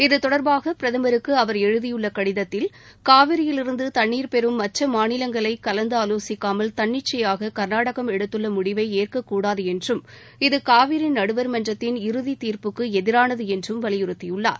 இது தொடர்பாக பிரதமருக்கு அவர் எழுதியுள்ள கடிதத்தில் காவிரியிலிருந்து தண்ணீர் பெறும் மற்ற மாநிலங்களை கலந்து ஆலோசிக்காமல் தன்னிச்சையாக கர்நாடகம் எடுத்துள்ள முடிவை ஏற்கக்கூடாது என்றும் இது காவிரி நடுவர்மன்றத்தின் இறுதி தீர்ப்புக்கு எதிரானது என்றும் வலியுறுத்தியுள்ளார்